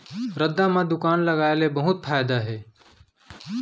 रद्दा म दुकान लगाय ले बहुत फायदा हे